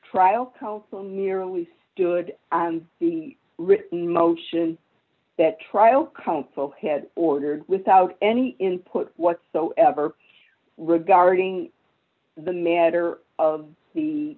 trial counsel merely stood on the written motion that trial consul had ordered without any input whatsoever regarding the matter of the